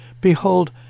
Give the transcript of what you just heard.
behold